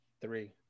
Three